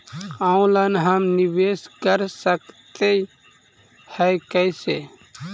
Online हम निवेश कर सकते है, कैसे?